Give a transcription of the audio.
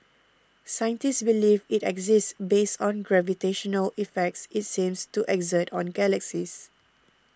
scientists believe it exists based on gravitational effects it seems to exert on galaxies